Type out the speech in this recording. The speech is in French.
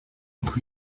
rue